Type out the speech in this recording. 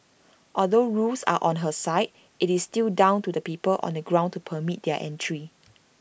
although rules are on her side it's still down to the people on the ground to permit them entry